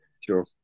sure